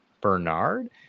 Bernard